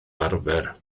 arfer